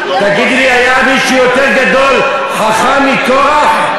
תגידי לי, היה מישהו יותר גדול, חכם, מקורח?